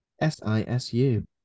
S-I-S-U